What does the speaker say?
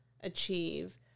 achieve